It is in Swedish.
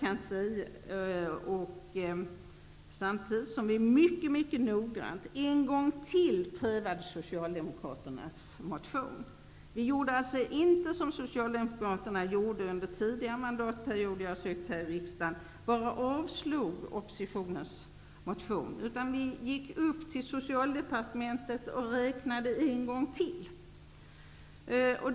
Vi har nu mycket noggrant en gång till prövat Socialdemokraternas motion. Vi har alltså inte handlat så som Socialdemokraterna gjort under tidigare mandatperioder när jag har suttit här i riksdagen, dvs. bara avstyrkt oppositionens förslag, utan vi gick upp till Socialdepartementet och räknade en gång till.